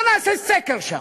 בוא נעשה סקר שם.